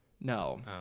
No